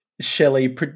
Shelley